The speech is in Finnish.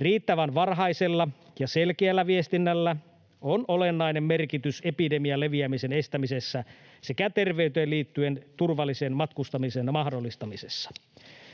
Riittävän varhaisella ja selkeällä viestinnällä on olennainen merkitys epidemian leviämisen estämisessä sekä terveyteen liittyen turvallisen matkustamisen mahdollistamisessa.